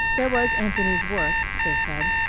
there was anthony's work, they said.